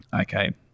okay